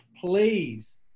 Please